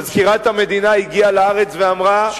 מזכירת המדינה הגיעה לארץ ואמרה,